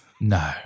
No